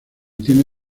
tiene